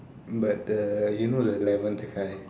but the you know the eleventh guy